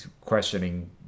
questioning